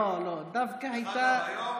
לא, לא, דווקא הייתה, דרך אגב, היום,